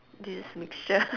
this mixture